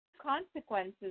consequences